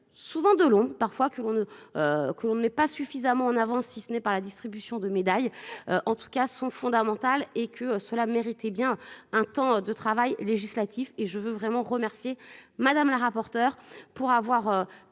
souvent de longs parfois que l'on ne. Qu'on ne met pas suffisamment en avance, si ce n'est pas la distribution de médailles. En tout cas sont fondamentales et que cela méritait bien un temps de travail législatif et je veux vraiment remercier Madame la rapporteure pour avoir permis